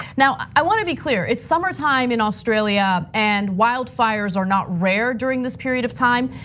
now, i wanna be clear. it's summertime in australia, and wildfires are not rare during this period of time,